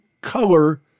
color